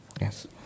Yes